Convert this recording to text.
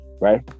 Right